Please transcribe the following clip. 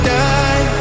die